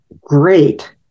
Great